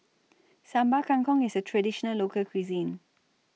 Sambal Kangkong IS A Traditional Local Cuisine